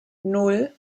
nan